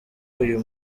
uyu